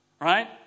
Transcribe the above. Right